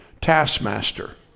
taskmaster